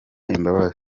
imbabazi